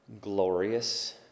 glorious